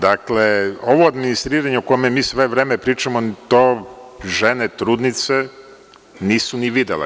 Dakle, ovo administriranje o kome sve vreme pričamo, žene trudnice to nisu ni videle.